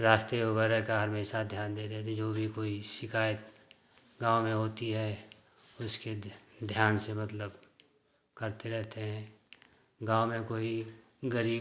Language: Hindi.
रास्ते वगैरह का हमेशा ध्यान दे रहे थे जो भी कोई शिकायत गाँव में होती है उसके ध्यान से मतलब करते रहते हैं गाँव में कोई गरीब